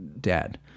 dad